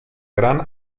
gran